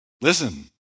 Listen